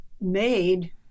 made